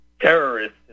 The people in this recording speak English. terrorists